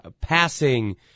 passing